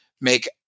make